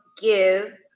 give